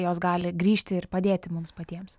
jos gali grįžti ir padėti mums patiems